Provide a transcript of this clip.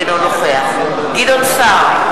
אינו נוכח גדעון סער,